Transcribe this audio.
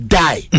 die